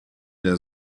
der